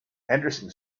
henderson